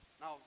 Now